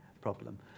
problem